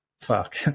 fuck